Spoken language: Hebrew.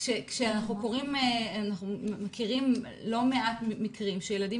אנחנו מכירים לא מעט מקרים של ילדים